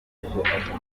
rudahigwa